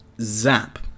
zap